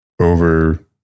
over